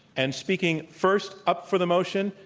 and speaking first up for the motion,